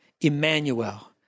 Emmanuel